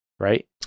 Right